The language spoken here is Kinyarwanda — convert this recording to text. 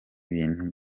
bintu